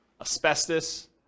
asbestos